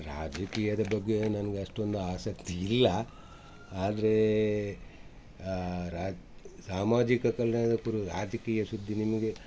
ರಾಜಕೀಯದ ಬಗ್ಗೆ ನನ್ಗೆ ಅಷ್ಟೊಂದು ಆಸಕ್ತಿ ಇಲ್ಲ ಆದ್ರೆ ರಾಜ ಸಾಮಾಜಿಕ ಕಲ್ಯಾಣದ ಕುರು ರಾಜಕೀಯ ಸುದ್ದಿ ನಿಮಗೆ